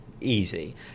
easy